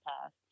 past